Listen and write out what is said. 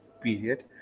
period